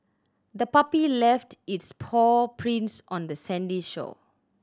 the puppy left its paw prints on the sandy shore